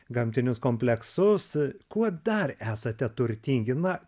gamtinius kompleksus kuo dar esate turtingi na